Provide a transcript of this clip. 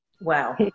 wow